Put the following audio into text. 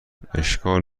اشکال